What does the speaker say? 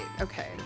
Okay